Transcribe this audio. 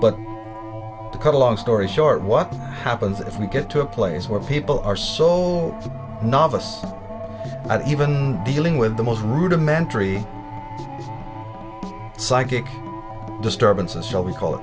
but to cut a long story short what happens if we get to a place where people are so novice at even dealing with the most rudimentary psychic disturbances shall we call it